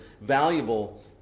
valuable